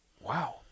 wow